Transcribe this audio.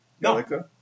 No